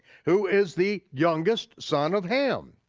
who is the youngest son of ham.